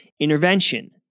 intervention